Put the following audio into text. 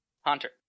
Hunter